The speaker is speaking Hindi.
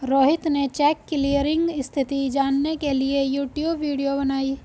रोहित ने चेक क्लीयरिंग स्थिति जानने के लिए यूट्यूब वीडियो बनाई